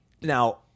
Now